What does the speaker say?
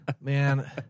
man